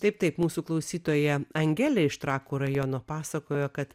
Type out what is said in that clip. taip taip mūsų klausytoja angelė iš trakų rajono pasakojo kad